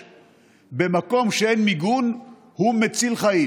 במקום שאין מיגון הוא מציל חיים.